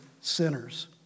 sinners